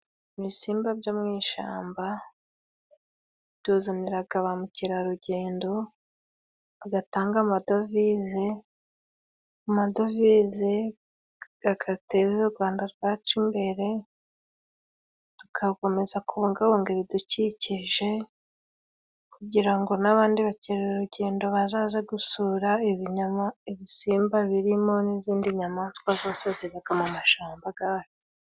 Ibisimba byo mu ishamba bituzaniraga ba mukerarugendo bagatanga amadovize, amadovize gagateza u Rwanda rwacu imbere, tugagomeza kubungabunga ibidukikije kugira ngo n'abandi bakerarugendo bazaze gusura ibinyama ibisimba birimo n'izindi nyamaswa zose zibaga mu mashamba gacu.